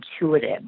intuitive